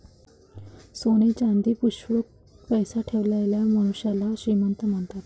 सोने चांदी, पैसा आणी पुष्कळ पैसा ठेवलेल्या मनुष्याला श्रीमंत म्हणतात